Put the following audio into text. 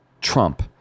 trump